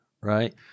right